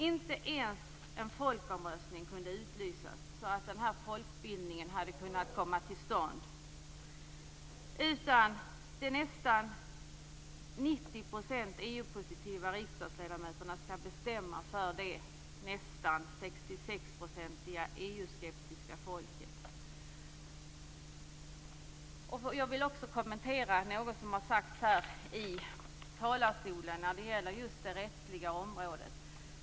Inte ens en folkomröstning kunde utlysas så att den här folkbildningen hade kunnat komma till stånd, utan de nästan 90 % EU-positiva riksdagsledamöterna skall bestämma åt det nästan 66 % EU-skeptiska folket. Jag vill också kommentera något av det som har sagts från talarstolen när det gäller det rättsliga området.